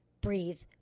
breathe